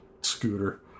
scooter